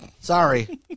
Sorry